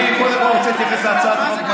אני קודם כול רוצה להתייחס להצעת החוק.